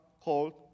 called